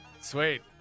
Sweet